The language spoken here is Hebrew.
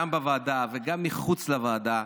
גם בוועדה וגם מחוץ לוועדה,